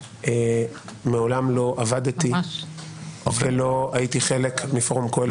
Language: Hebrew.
אני מעולם לא עבדתי ולא הייתי חלק מפורום קהלת.